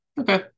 Okay